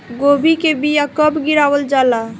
गोभी के बीया कब गिरावल जाला?